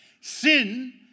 Sin